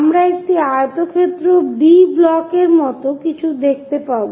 আমরা একটি আয়তক্ষেত্র B ব্লকের মত কিছু দেখতে পাব